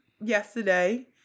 yesterday